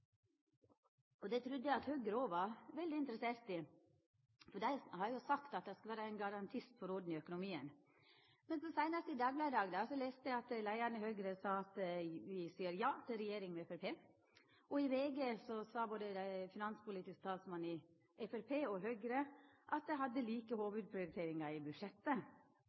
pst.-bana. Det trudde eg at Høgre òg var interessert i. Dei har jo sagt at dei skal vera ein garantist for orden i økonomien. Men seinast i Dagbladet i dag las eg at leiaren i Høgre sa: «Vi sier ja til regjering med Frp.» I VG sa finanspolitisk talsmann i Framstegspartiet og i Høgre at dei hadde like hovudprioriteringar i budsjettet.